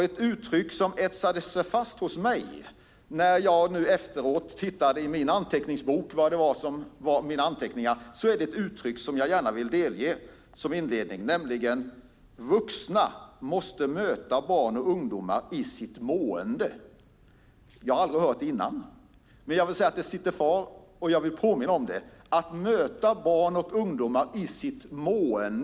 Ett uttryck som etsade sig fast hos mig, när jag efteråt tittade på mina anteckningar, vill jag gärna delge som inledning: "Vuxna måste möta barn och ungdomar i sitt mående." Jag har aldrig hört uttrycket tidigare, men det sitter kvar. Jag vill påminna om det: Att möta barn och ungdomar i sitt mående .